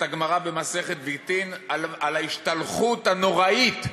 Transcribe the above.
את הגמרא במסכת גיטין על ההשתלחות הנוראית,